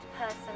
person